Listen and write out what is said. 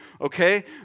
okay